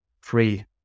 free